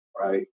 right